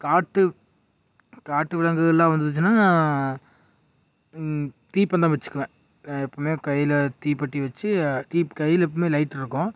காட்டு காட்டு விலங்குகள்லாம் வந்துச்சுனா நான் தீப்பந்தம் வச்சிக்குவேன் நான் எப்போவுமே கையில் தீப்பெட்டி வச்சி தீப் கையில் எப்போவுமே லைட் இருக்கும்